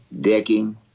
Decking